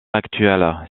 actuelle